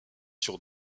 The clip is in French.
sur